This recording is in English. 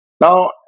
Now